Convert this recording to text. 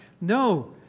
No